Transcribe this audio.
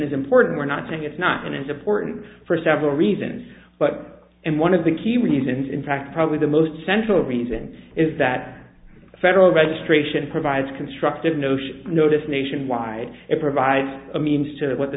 is important we're not saying it's not as important for several reasons but one of the key reasons in fact probably the most central reason is that federal registration provides constructive notion notice nationwide it provides a means to what the